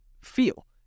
feel